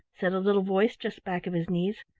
said a little voice just back of his knees.